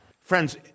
Friends